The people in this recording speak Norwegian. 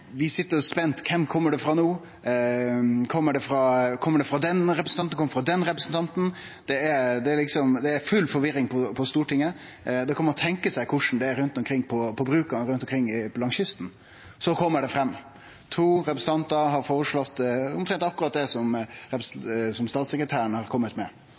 Vi sit spente: Kven kjem det frå? Kjem det frå den representanten, kjem det frå den representanten? Det er full forvirring på Stortinget. Da kan ein tenkje seg korleis det er rundt omkring på bruka langs kysten. Så kjem det fram: To representantar har føreslått omtrent det som det statssekretæren har kome med.